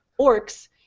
orcs